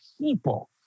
people